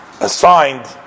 assigned